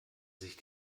sich